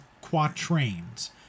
quatrains